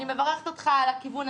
אני מברכת אותך על הכיוון,